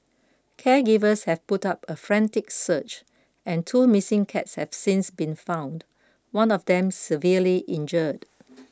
caregivers have put up a frantic search and two missing cats have since been found one of them severely injured